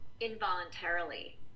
involuntarily